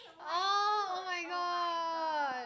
orh oh-my-god